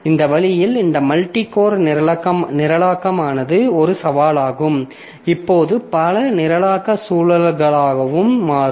இந்த வழியில் இந்த மல்டிகோர் நிரலாக்கமானது ஒரு சவாலாகவும் இப்போது பல நிரலாக்க சூழல்களாகவும் மாறும்